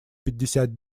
пятьдесят